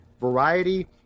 variety